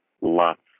lots